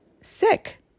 Sick